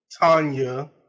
Tanya